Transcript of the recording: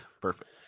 Perfect